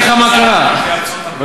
ואגיד לך מה קרה, בבקשה?